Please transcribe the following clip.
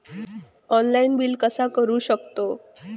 Online bill कसा करु शकतव?